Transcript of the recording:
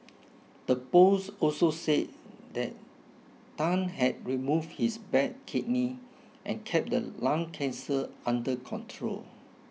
the post also said that Tan had removed his bad kidney and kept the lung cancer under control